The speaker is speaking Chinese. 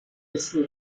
类似